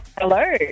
Hello